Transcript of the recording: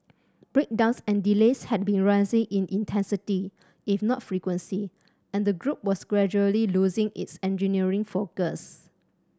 breakdowns and delays had been rising in intensity if not frequency and the group was gradually losing its engineering focus